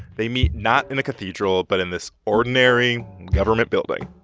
they meet, not in a cathedral, but in this ordinary government building.